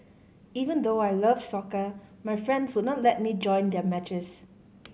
even though I love soccer my friends would not let me join their matches